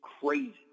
crazy